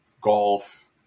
golf